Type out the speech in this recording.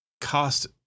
Cost